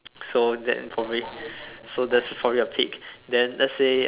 so that probably so Leslie is probably a pig so let's say